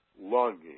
longing